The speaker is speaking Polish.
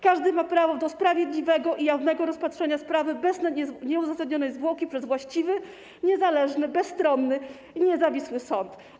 Każdy ma prawo do sprawiedliwego i jawnego rozpatrzenia sprawy bez nieuzasadnionej zwłoki przez właściwy, niezależny, bezstronny i niezawisły sąd.